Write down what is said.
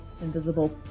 invisible